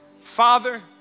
Father